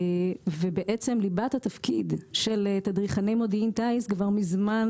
ליבת התפקיד של תדריכני מודיעין טיס מזמן